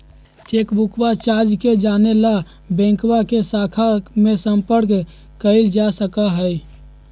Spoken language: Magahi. चेकबुकवा चार्ज के जाने ला बैंकवा के शाखा में संपर्क कइल जा सका हई